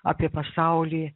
apie pasaulį